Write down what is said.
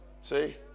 See